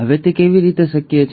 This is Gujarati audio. હવે તે કેવી રીતે શક્ય છે